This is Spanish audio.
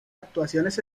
actuaciones